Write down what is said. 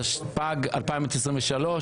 התשפ"ג 2023,